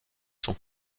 son